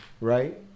Right